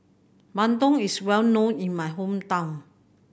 bandung is well known in my hometown